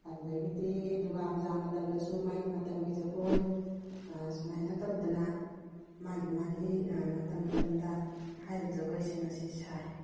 ꯑꯗꯨꯗꯒꯤꯗꯤ ꯗꯨꯔꯒꯥ ꯄꯨꯖꯥ ꯃꯇꯝꯗꯁꯨ ꯃꯥꯒꯤ ꯃꯇꯝꯒꯤ ꯖꯒꯣꯏ ꯁꯨꯃꯥꯏꯅ ꯇꯧꯗꯅ ꯃꯥꯒꯤ ꯃꯥꯒꯤ ꯃꯇꯝ ꯃꯇꯝꯗ ꯍꯥꯏꯔꯤꯕ ꯖꯒꯣꯏꯁꯤꯡ ꯑꯁꯤ ꯁꯥꯏ